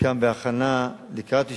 חלקן בהכנה לקראת אישור.